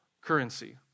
currency